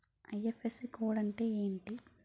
IFSC code అంటే ఏంటి?